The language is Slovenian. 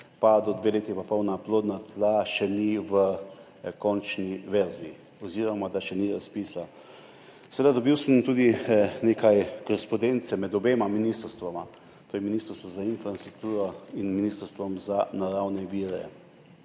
pred dvema letoma pa pol na plodna tla, še ni v končni verziji oziroma še ni razpisa. Dobil sem tudi nekaj korespondence med obema ministrstvoma, to je ministrstvom za infrastrukturo in ministrstvom za naravne vire.